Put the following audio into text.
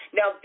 Now